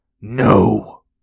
No